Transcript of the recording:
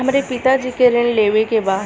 हमरे पिता जी के ऋण लेवे के बा?